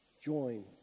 join